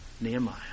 Nehemiah